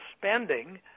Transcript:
spending